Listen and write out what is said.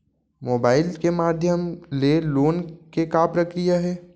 Mobile के माधयम ले लोन के का प्रक्रिया हे?